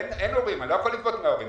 אני לא יכול לגבות מההורים.